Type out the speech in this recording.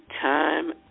time